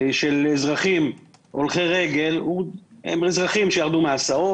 של אזרחים הולכי רגל, היא של אזרחים שירדו מהסעות.